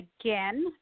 again